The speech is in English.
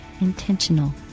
intentional